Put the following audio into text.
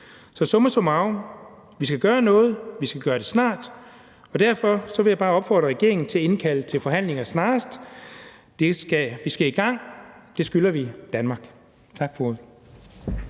Så summa summarum: Vi skal gøre noget, vi skal gøre det snart, og derfor vil jeg bare opfordre regeringen til at indkalde til forhandlinger snarest. Vi skal i gang. Det skylder vi Danmark. Tak for ordet.